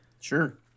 Sure